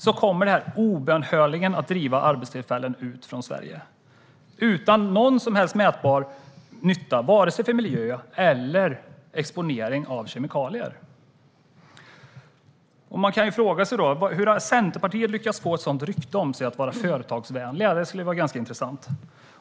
Det kommer obönhörligen att driva arbetstillfällen bort från Sverige - utan att det har lett till någon som helst mätbar nytta, vare sig för miljön eller när det gäller exponering av kemikalier. Man kan fråga sig hur Centerpartiet har lyckats få ett sådant rykte om sig att vara företagsvänligt. Det skulle vara ganska intressant att få veta.